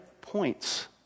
points